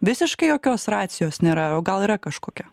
visiškai jokios racijos nėra o gal yra kažkokia